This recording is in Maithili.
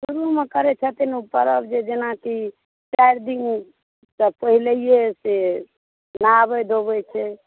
शुरुमे करैत हेथिन ओ पर्व जेनाकि चारि दिनसँ पहिलहिये से नहाबै धोबै छै